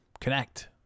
Connect